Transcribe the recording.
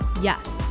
Yes